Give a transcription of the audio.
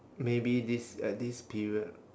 maybe this at this period